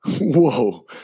Whoa